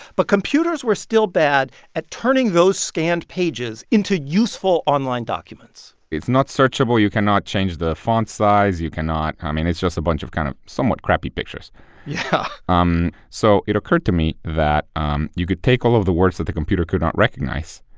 but computers were still bad at turning those scanned pages into useful online documents it's not searchable. you cannot change the font size. you cannot i mean, it's just a bunch of kind of somewhat crappy pictures yeah um so it occurred to me that um you could take all of the words that the computer could not recognize,